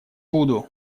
буду